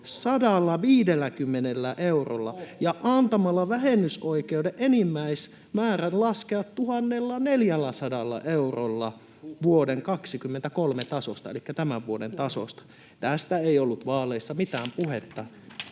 150 eurolla ja antamalla vähennysoikeuden enimmäismäärän laskea 1 400 eurolla vuoden 23 tasosta elikkä tämän vuoden tasosta. Tästä ei ollut vaaleissa mitään puhetta.